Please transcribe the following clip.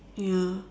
ya